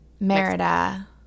Merida